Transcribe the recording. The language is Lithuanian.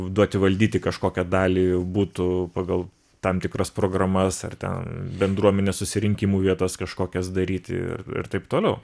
duoti valdyti kažkokią dalį būtų pagal tam tikras programas ar ten bendruomenės susirinkimų vietas kažkokias daryti ir ir taip toliau